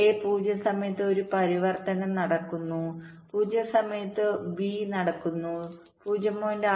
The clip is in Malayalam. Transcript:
എ 0 സമയത്ത് ഒരു പരിവർത്തനം നടക്കുന്നു 0 സമയത്ത് ബി നടക്കുന്നു 0